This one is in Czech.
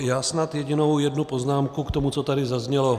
Já snad jedinou jednu poznámku k tomu, co tady zaznělo.